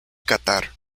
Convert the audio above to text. catar